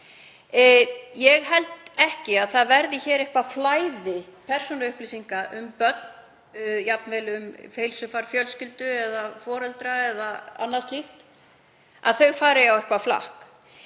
Ég held ekki að hér verði eitthvert flæði persónuupplýsinga um börn, jafnvel um heilsufar fjölskyldu eða foreldra eða annað slíkt, að þær fari á eitthvert flakk.